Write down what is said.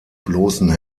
bloßen